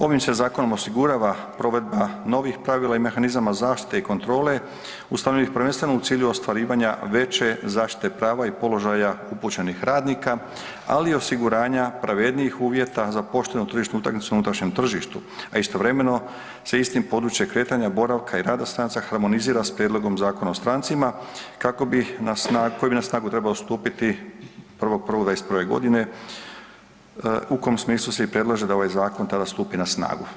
Ovim se zakonom osigurava provedba novih pravila i mehanizama zaštite i kontrole ustanovljenih prvenstveno u cilju ostvarivanja veće zaštite prava i položaja upućenih radnika, ali i osiguranja pravednijih uvjeta za poštenu tržišnu utakmicu na unutarnjem tržištu, a istovremeno se istim područjem kretanja boravka i rada stranaca harmonizira s prijedlogom Zakona o strancima koji bi na snagu trebao stupiti 1.1.2021. godine u kom smislu se i predlaže da ovaj zakon tada stupi na snagu.